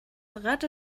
rette